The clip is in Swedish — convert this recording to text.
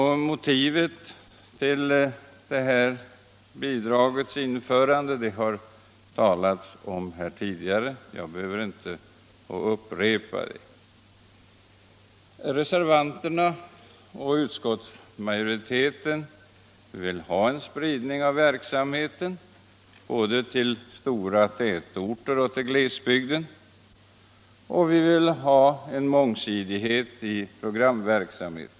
Motivet till bidragets införande har det talats om här tidigare, och jag behöver inte upprepa det. Reservanterna och utskottsmajoriteten vill ha en spridning av verksamheten både till stora tätorter och i glesbygden, och vi vill ha mångsidighet i programverksamheten.